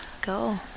go